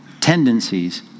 tendencies